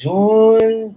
June